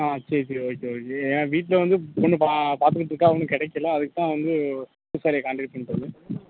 ஆ சரி சரி okay okay என் வீட்டில் வந்து பொண்ணு பா பார்த்துகிட்ருக்காங்க ஒன்றும் கிடைக்கல அதுக்கு தான் வந்து பூசாரியை கான்டேக்ட் பண்ண சொல்லுன்னாங்க